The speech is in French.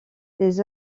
ses